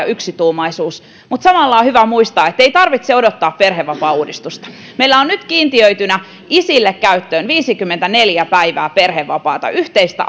yksituumaisuus mutta samalla on hyvä muistaa että ei tarvitse odottaa perhevapaauudistusta meillä on nyt kiintiöitynä isille käyttöön viisikymmentäneljä päivää perhevapaata yhteistä